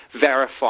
verify